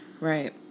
Right